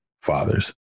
fathers